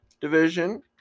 division